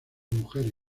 mujeres